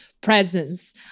presence